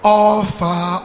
offer